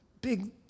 big